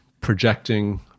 projecting